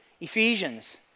Ephesians